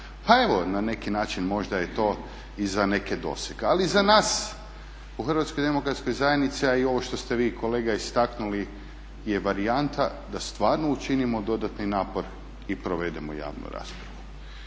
je to na neki način i za neke doseg. Ali za nas u HDZ-u ali i ovo što ste vi kolega istaknuli je varijanta da stvarno učinimo dodatni napor i provedemo javnu raspravu.